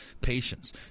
patients